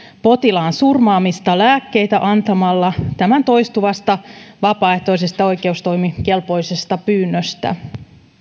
potilaan surmaamista lääkkeitä antamalla tämän toistuvasta vapaaehtoisesta oikeustoimikelpoisesta pyynnöstä